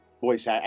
voice